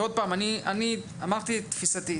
ועוד פעם, אני אמרתי את תפיסתי.